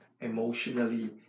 Emotionally